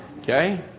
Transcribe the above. Okay